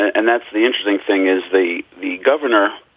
and that's the interesting thing, is the the governor,